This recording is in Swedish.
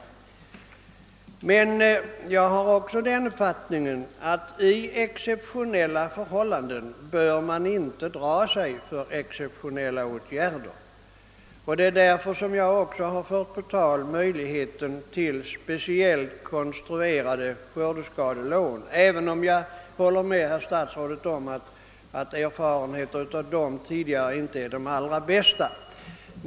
Men jag har också den uppfattningen att under exceptionella förhållanden bör man inte dra sig för exceptionella åtgärder. Det är därför jag för fram tanken på speciellt konstruerade skördeskadelån, även om jag håller med statsrådet Bengtsson om att tidigare erfarenheter av sådana lån inte är de allra bästa.